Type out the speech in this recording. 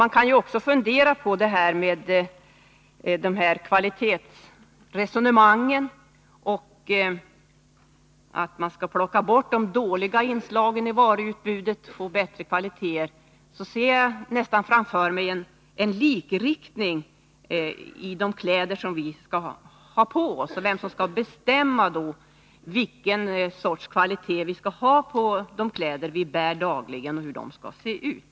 När jag funderar över kvalitetsresonemanget, att man skall plocka bort de dåliga inslagen i varuutbudet för att få bättre kvaliteter, ser jag nästan framför mig en likriktning av de kläder som vi skall ha på oss. Vem skall bestämma vilken sorts kvalitet vi skall ha på de kläder vi bär dagligen, och hur de skall se ut?